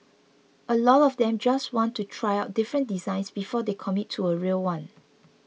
a lot of them just want to try out different designs before they commit to a real one